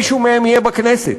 מישהו מהם יהיה בכנסת.